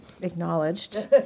acknowledged